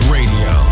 Radio